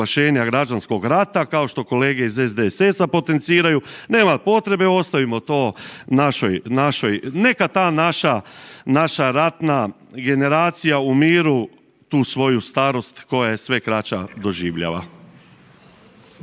građanskog rata kao što kolege iz SDSS-a potenciraju, nema potrebe, ostavimo to našoj, neka ta naša ratna generacija u miru tu svoju starost koja je sve kraća doživljava.